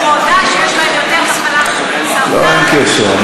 עובדה שיש בהם יותר מחלת סרטן, לא, אין קשר.